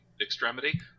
extremity